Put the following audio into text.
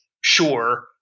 sure